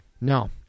No